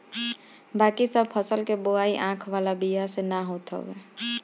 बाकी सब फसल के बोआई आँख वाला बिया से ना होत हवे